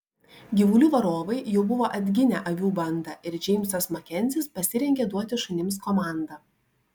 gyvulių varovai jau buvo atginę avių bandą ir džeimsas makenzis pasirengė duoti šunims komandą